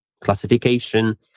classification